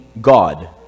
God